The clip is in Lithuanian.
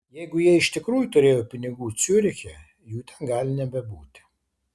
jeigu jie iš tikrųjų turėjo pinigų ciuriche jų ten gali nebebūti